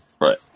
Right